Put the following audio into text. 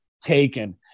taken